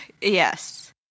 Yes